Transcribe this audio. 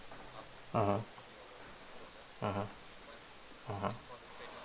mmhmm mmhmm mmhmm